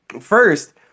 First